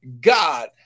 God